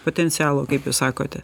potencialo kaip jūs sakote